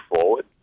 forward